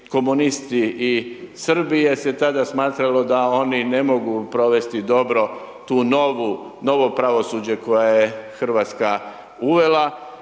komunisti iz Srbije jer se tada smatralo da oni ne mogu provesti dobro tu novu, novo pravosuđe koje je RH uvela,